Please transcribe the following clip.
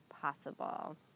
possible